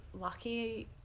lucky